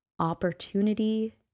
Opportunity